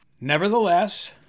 Nevertheless